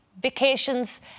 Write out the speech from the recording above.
vacations